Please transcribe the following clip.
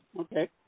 Okay